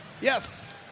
Yes